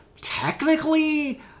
technically